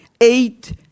Eight